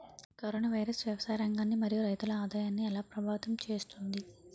Corona virus వ్యవసాయ రంగాన్ని మరియు రైతుల ఆదాయాన్ని ఎలా ప్రభావితం చేస్తుంది?